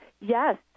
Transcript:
Yes